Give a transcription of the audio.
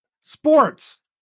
sports